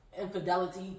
infidelity